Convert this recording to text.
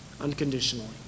unconditionally